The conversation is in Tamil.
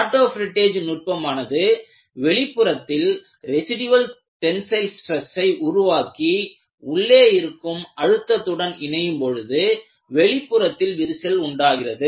ஆட்டோ ஃப்ரிட்டேஜ் நுட்பமானது வெளிப்புறத்தில் ரெசிடியல் டென்சைல் ஸ்ட்ரெஸ்ஸை உருவாக்கி உள்ளே இருக்கும் அழுத்தத்துடன் இணையும் பொழுது வெளிப்புறத்தில் விரிசல் உண்டாகிறது